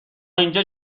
اینجا